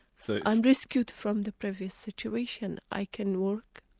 so i'm rescued from the previous situation. i can work.